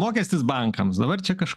mokestis bankams dabar čia kaž